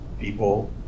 people